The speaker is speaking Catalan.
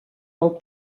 del